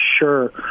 sure –